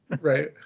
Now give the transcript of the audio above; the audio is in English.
right